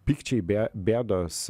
pykčiai bė bėdos